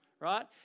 right